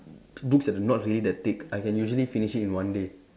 books that are not really that thick I can usually finish it in one day